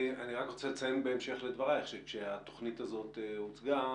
אני רק רוצה לציין בהמשך לדבריך שכאשר התוכנית הזאת הוצגה,